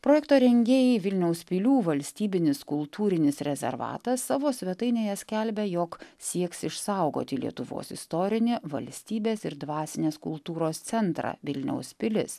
projekto rengėjai vilniaus pilių valstybinis kultūrinis rezervatas savo svetainėje skelbia jog sieks išsaugoti lietuvos istorinį valstybės ir dvasinės kultūros centrą vilniaus pilis